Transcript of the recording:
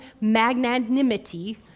magnanimity